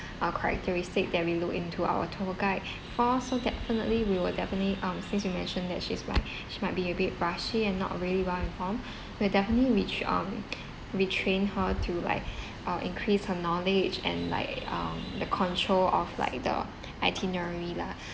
uh characteristic that we look into our tour guide therefore so definitely we will definitely um since you mentioned that she's like she might be a bit rushy and not really well informed we'll definitely ret~ um retrain her to like uh increase her knowledge and like uh the control of like the itinerary lah